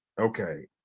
Okay